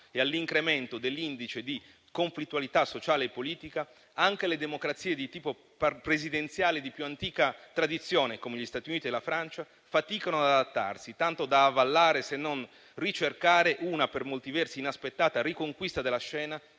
e all'incremento dell'indice di conflittualità sociale e politica, anche le democrazie di tipo presidenziale di più antica tradizione, come gli Stati Uniti e la Francia, faticano ad adattarsi, tanto da avallare, se non ricercare, una per molti versi inaspettata riconquista della scena